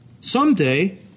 Someday